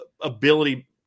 ability